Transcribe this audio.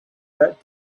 that